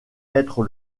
être